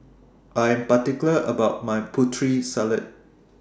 I Am particular about My Putri Salad